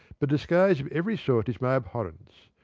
but disguise of every sort is my abhorrence.